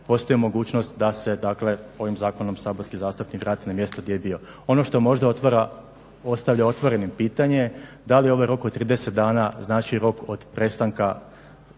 postoji mogućnost da se dakle ovim zakonom saborski zastupnik vrati na mjesto gdje je bio. Ono što možda ostavlja otvorenim pitanje, da li ovaj rok od 30 dana znači rok od prestanka